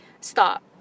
stop